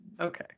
okay